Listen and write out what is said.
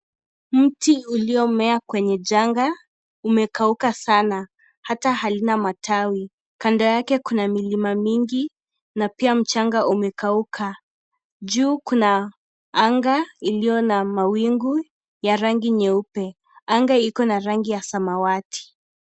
Mti uliomea kwenye janga, umekauka sana hata halina matawi. Kando yake kuna milima mingi na pia mchanga umekauka. Juu kuna anga iliyo na mawingu ya rangi nyeupe. Anga iko na rangi ya samawati.